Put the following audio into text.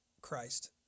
Christ